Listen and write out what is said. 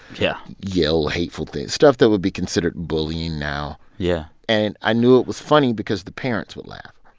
yeah. yell hateful things stuff that would be considered bullying now yeah and i knew it was funny because the parents would laugh